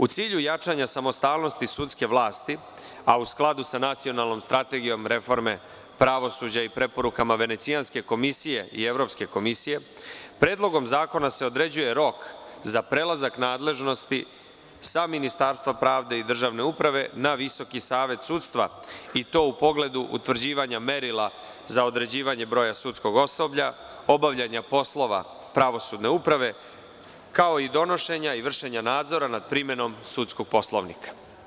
U cilju jačanja samostalnosti sudske vlasti, a u skladu sa nacionalnom strategijom reforme pravosuđa i preporukama Venecijanske komisije i Evropske komisije, predlogom zakona se određuje rok za prelazak nadležnosti sa Ministarstva pravde i Državne uprave na VSS i to u pogledu utvrđivanja merila za određivanje broja sudskog osoblja, obavljanja poslova Pravosudne uprave, kao i donošenja i vršenja nadzora nad primenom sudskog Poslovnika.